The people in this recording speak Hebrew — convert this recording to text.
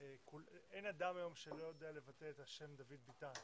ואין אדם שלא יודע לבטא היום את השם "דוד ביטן".